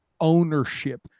ownership